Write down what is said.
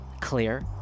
clear